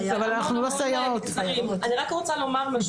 אני רק רוצה לומר,